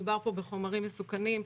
מדובר פה בחומרים מסוכנים,